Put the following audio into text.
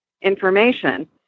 information